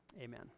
Amen